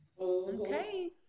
Okay